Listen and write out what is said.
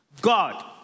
God